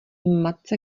matce